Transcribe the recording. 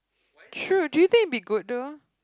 true do you think it'll be good though